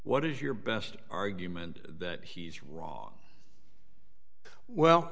what is your best argument that he's wrong wel